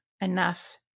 enough